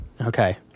Okay